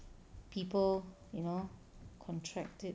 people you know contracted